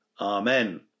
Amen